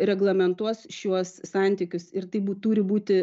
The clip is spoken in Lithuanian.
reglamentuos šiuos santykius ir tai būtų turi būti